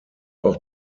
auch